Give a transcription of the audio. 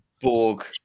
Borg